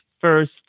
first